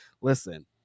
Listen